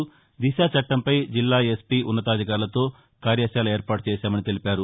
దిశ చట్లంపై జిల్లా ఎస్పీ ఉన్నతాధికారులతో కార్యశాల ఏర్పాటు చేశామని తెలిపారు